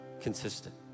consistent